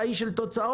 אתה איש של תוצאות,